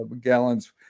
gallons